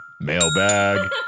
mailbag